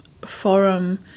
forum